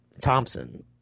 Thompson